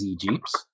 Jeeps